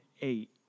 eight